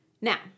Now